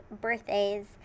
birthdays